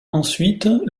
ensuite